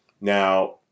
Now